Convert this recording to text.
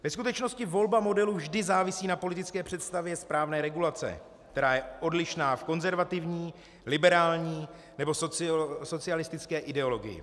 Ve skutečnosti volba modelu vždy závisí na politické představě správné regulace, která je odlišná v konzervativní, liberální nebo socialistické ideologii.